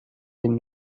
den